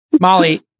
molly